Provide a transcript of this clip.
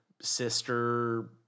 sister